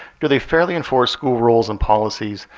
do they fairly enforce school rules and policies?